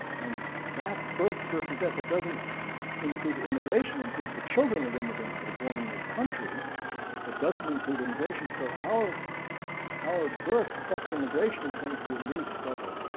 and that's births versus deaths. that doesn't include immigration. it includes the children of immigrants that are born in this country but doesn't include immigration, so our our births plus immigration is going to be at least double